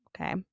okay